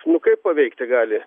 nu kaip paveikti gali